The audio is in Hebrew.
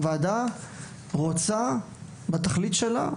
הוועדה רוצה לאשר, בתכלית שלה.